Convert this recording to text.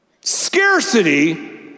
Scarcity